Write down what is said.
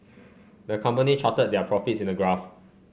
the company charted their profits in a graph